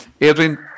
Adrian